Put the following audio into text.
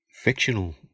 fictional